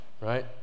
right